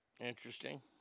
Interesting